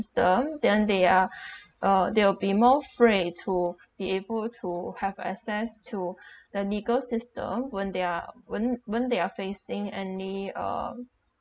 them then they are uh they will be more frey to be able to have access to the legal system when they are when when they are facing any um